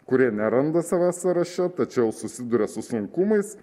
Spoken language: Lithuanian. kurie neranda savęs sąraše tačiau susiduria su sunkumais